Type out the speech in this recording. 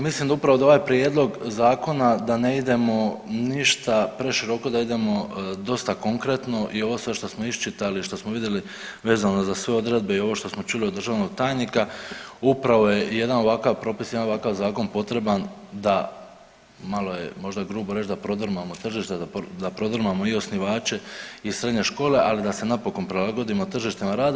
Mislim da upravo da ovaj prijedlog zakona da ne idemo ništa preširoko, da idemo dosta konkretno i ovo sve što smo iščitali, što smo vidjeli vezano za sve odredbe i ovo što smo čuli od državnog tajnika upravo je jedan ovakav jedan propis, jedan ovakav zakon potreban da malo je možda grubo reći da prodrmamo tržište, da prodrmamo i osnivače i srednje škole ali i da se napokon prilagodimo tržištima rada.